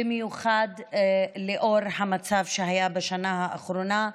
במיוחד לנוכח המצב שהיה בשנה האחרונה,